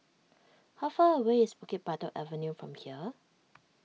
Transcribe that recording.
how far away is Bukit Batok Avenue from here